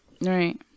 Right